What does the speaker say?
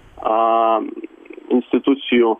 a institucijų